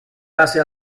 base